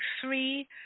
three